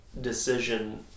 decision